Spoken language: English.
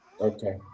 Okay